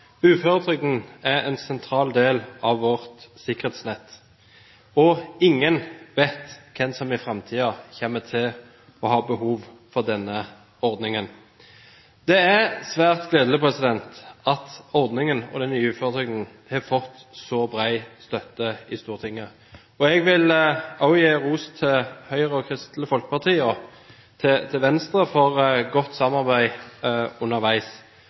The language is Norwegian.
Uføretrygden er en sentral del av vårt sikkerhetsnett, og ingen vet hvem som i framtiden kommer til å ha behov for denne ordningen. Det er svært gledelig at ordningen med den nye uføretrygden har fått så bred støtte i Stortinget. Jeg vil også gi ros til Høyre og Kristelig Folkeparti, og til Venstre, for godt samarbeid underveis.